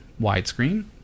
Widescreen